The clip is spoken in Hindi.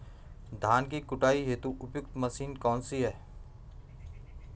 धान की कटाई हेतु उपयुक्त मशीन कौनसी है?